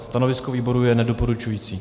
Stanovisko výboru je nedoporučující.